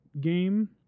game